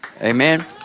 Amen